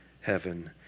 heaven